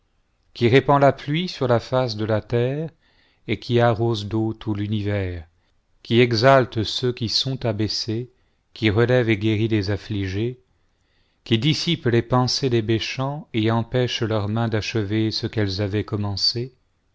qui répand la pluie sur la face de la terre et qui arrose d'eau tout l'univers il qui exalte ceux qui sont abaissés qui relève et guérit les affligés qui dissipe les pensées des méchants et empêche leurs mains d'achever ce qu'elles avaient commencé